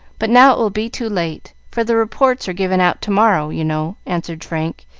but now it will be too late for the reports are given out to-morrow, you know, answered frank,